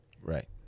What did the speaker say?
right